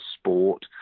sport